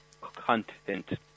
content